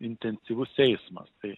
intensyvus eismas tai